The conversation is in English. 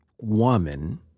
woman